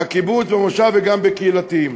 בקיבוץ, במושב וגם ביישובים הקהילתיים.